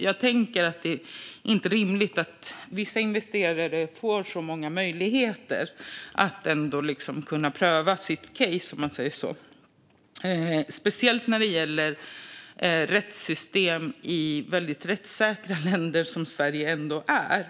Jag tycker inte att det är rimligt att vissa investerare får så många möjligheter att pröva sitt case, om man säger så, speciellt när det gäller rättssystem i rättssäkra länder, som Sverige ändå är.